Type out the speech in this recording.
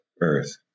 Earth